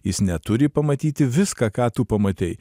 jis neturi pamatyti viską ką tu pamatei